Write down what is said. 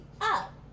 up